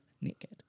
naked